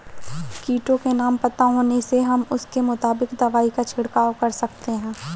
कीटों के नाम पता होने से हम उसके मुताबिक दवाई का छिड़काव कर सकते हैं